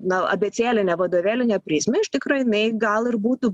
na abėcėlinę vadovėlinę prizmę iš tikro jinai gal ir būtų